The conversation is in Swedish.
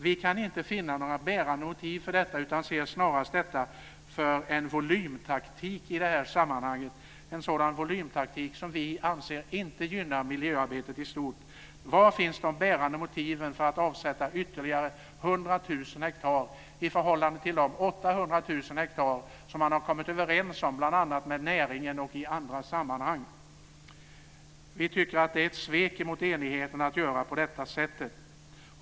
Vi kan inte finna några bärande motiv för detta utan ser snarast detta som en volymtaktik i det här sammanhanget, en volymtaktik som vi anser inte gynnar miljöarbetet i stort. Var finns de bärande motiven för att avsätta ytterligare 100 000 hektar i förhållande till de 800 000 hektar som man har kommit överens om bl.a. med näringen och i andra sammanhang? Vi tycker att det är ett svek mot enigheten att göra på detta sätt.